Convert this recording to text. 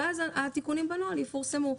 ואז התיקונים יפורסמו בנוהל,